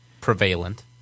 Prevalent